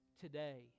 Today